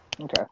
Okay